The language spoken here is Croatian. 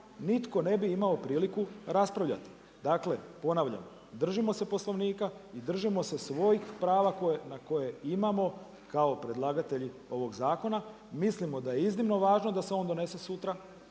nitko ne bi imao priliku raspravljati. Dakle, ponavljam, držimo se Poslovnika i držimo se svojih prava na koje imamo kao predlagatelji ovog zakona. Mislimo da je iznimno važno da se on donese sutra